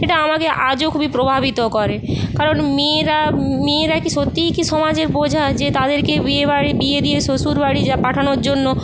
এটা আমাকে আজও খুবই প্রভাবিত করে কারণ মেয়েরা মেয়েরা কি সত্যিই কি সমাজের বোঝা যে তাদেরকে বিয়ে বাড়ি বিয়ে দিয়ে শ্বশুরবাড়ি যা পাঠানোর জন্য